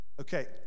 Okay